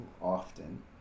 often